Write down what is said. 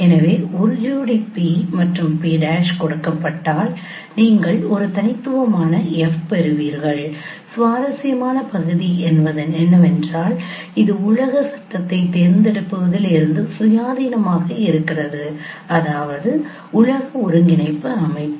எனவே ஒரு ஜோடி P மற்றும் P' கொடுக்கப்பட்டால் நீங்கள் ஒரு தனித்துவமான F பெறுவீர்கள் சுவாரஸ்யமான பகுதி என்னவென்றால் இது உலக சட்டத்தைத் தேர்ந்தெடுப்பதில் இருந்து சுயாதீனமாக இருக்கிறது அதாவது உலக ஒருங்கிணைப்பு அமைப்பு